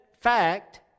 fact